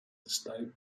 estate